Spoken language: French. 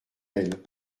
elles